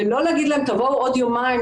ולא להגיד להם: תבואו עוד יומיים,